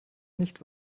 nicht